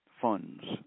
funds